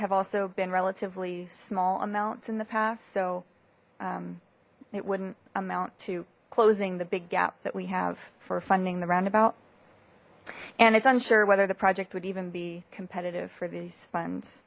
have also been relatively small amounts in the past so it wouldn't amount to closing the big gap that we have for funding the roundabout and it's unsure whether the project would even be competitive for these fund